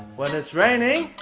when it's raining?